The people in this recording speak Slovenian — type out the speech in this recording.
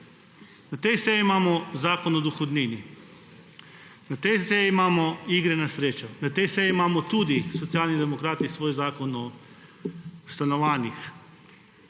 Na tej seji imamo zakon o dohodnini, na tej seji imam igre na srečo, na tej seji imamo tudi Socialni demokrati svoj zakon o stanovanjih.